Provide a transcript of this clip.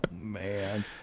man